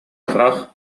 крах